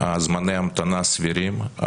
זמני ההמתנה סבירים.